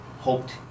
hoped